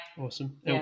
awesome